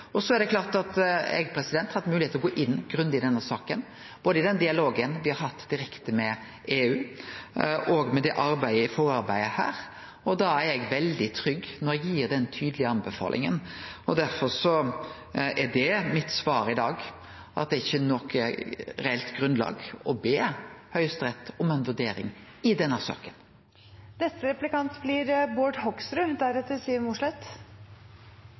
Eg har hatt moglegheit til å gå grundig inn i denne saka, både i den dialogen me har hatt direkte med EU, og i forarbeidet her. Eg er veldig trygg når eg gir den tydelege tilrådinga, og derfor er mitt svar i dag at det er ikkje noko reelt grunnlag for å be Høgsterett om ei vurdering i denne